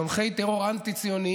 תומכי טרור אנטי-ציוניים,